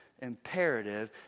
imperative